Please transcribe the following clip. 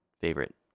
favorite